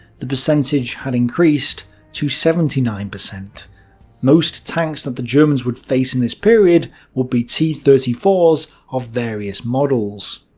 the percentage had increased to seventy nine. most tanks that the germans would face in this period would be t thirty four s of various models.